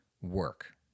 work